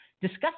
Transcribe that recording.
discuss